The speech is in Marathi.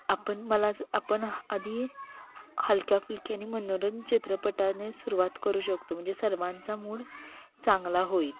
आपण मला असं आपण आधी हलक्याफुलक्या नी मनोरंजक चित्रपटाने सुरुवात करू शकतो म्हणजे सर्वांचा मूड चांगला होईल